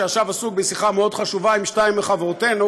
שעכשיו עסוק בשיחה מאוד חשובה עם שתיים מחברותינו,